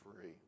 free